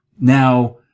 Now